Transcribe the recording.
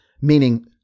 meaning